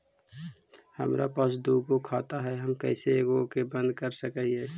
हमरा पास दु गो खाता हैं, हम कैसे एगो के बंद कर सक हिय?